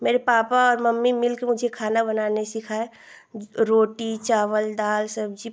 मेरे पापा और मम्मी मिलकर मुझे खाना बनाना सिखाए रोटी चावल दाल सब्ज़ी